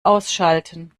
ausschalten